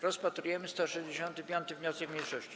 Rozpatrujemy 168. wniosek mniejszości.